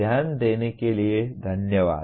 ध्यान देने के लिये धन्यवाद